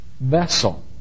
vessel